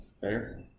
fair